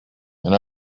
and